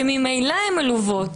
שממילא הן עלובות,